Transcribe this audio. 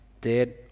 dead